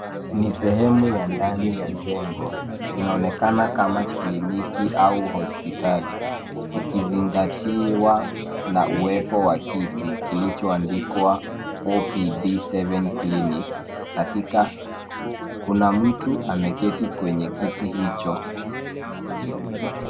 Ni sehemu ya ndani ya jengo. Inaonekana kama kliniki au hospitali, ikizingatiwa na uwepo wa kiti kilichoandikwa OPD 7 Clinic katika. Kuna mtu ameketi kwenye kiti hicho,